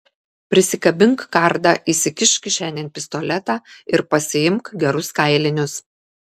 prisikabink kardą įsikišk kišenėn pistoletą ir pasiimk gerus kailinius